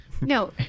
No